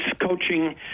coaching